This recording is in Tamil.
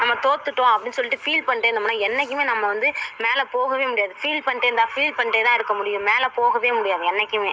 நம்ம தோற்றுட்டோம் அப்படினு சொல்லிவிட்டு ஃபீல் பண்ணிட்டே இருந்தோம்னா என்றைக்குமே நம்ம வந்து மேலே போகவே முடியாது ஃபீல் பண்ணிட்டே இருந்தால் ஃபீல் பண்ணிட்டே தான் இருக்க முடியும் மேலே போகவே முடியாது என்றைக்குமே